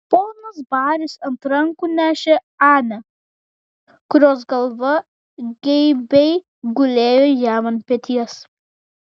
ponas baris ant rankų nešė anę kurios galva geibiai gulėjo jam ant peties